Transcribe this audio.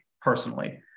personally